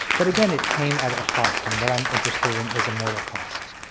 but again, it came at a cost and what i'm interested in is a mortal cost.